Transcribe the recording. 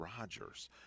Rogers